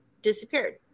disappeared